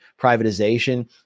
privatization